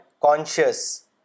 conscious